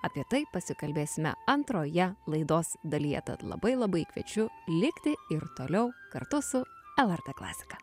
apie tai pasikalbėsime antroje laidos dalyje tad labai labai kviečiu likti ir toliau kartu su lrt klasika